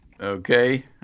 Okay